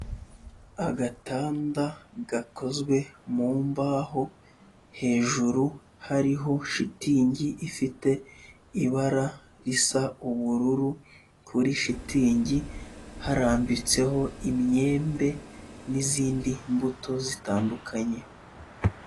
Agatanda gakozwe mu mbaho, hejuru hariho shitingi ifite ibara risa ubururu, kuri shitingi harambitseho imyembe n'izindi mbuto zitandukanye.